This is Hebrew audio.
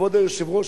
כבוד היושב-ראש,